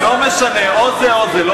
לא משנה, או זה או זה.